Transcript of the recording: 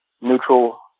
neutral